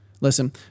Listen